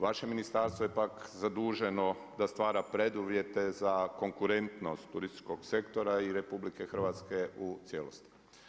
Vaše ministarstvo je pak zaduženo da stvara preduvjete za konkurentnost turističkog sektora i RH u cijelosti.